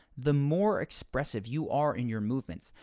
the more expressive you are in your movements,